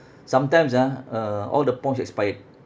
sometimes ah uh all the points expired